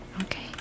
Okay